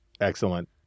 Excellent